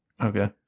Okay